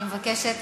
אני מבקשת,